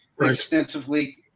extensively